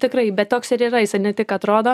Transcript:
tikrąjį bet toks ir yra jis ne tik atrodo